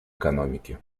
экономики